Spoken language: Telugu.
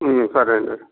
సరే అండి